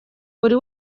buri